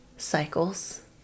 Cycles